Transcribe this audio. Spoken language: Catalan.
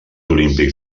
olímpics